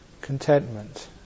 contentment